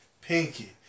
Pinky